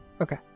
Okay